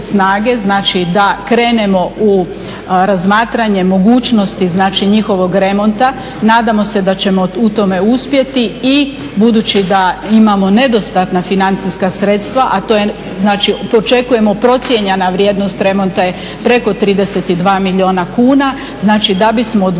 da krenemo u razmatranje mogućnosti znači njihovog remonta. Nadamo se da ćemo u tome uspjeti i budući da imamo nedostatna financijska sredstva, a to je znači očekujemo procijenjena vrijednost remonta je preko 32 milijuna kuna. Znači da bismo od